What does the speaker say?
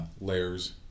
layers